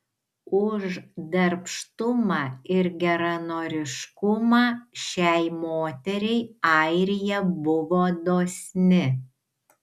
už darbštumą ir geranoriškumą šiai moteriai airija buvo dosni